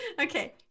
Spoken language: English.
okay